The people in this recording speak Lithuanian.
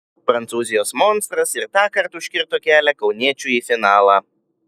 prancūzijos monstras ir tąkart užkirto kelią kauniečiui į finalą